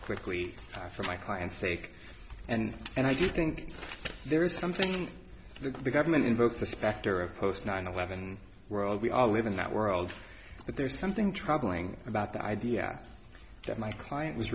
quickly for my clients sake and and i do think there is something that the government invokes the specter of post nine eleven world we all live in that world but there's something troubling about the idea that my client was